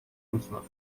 musunuz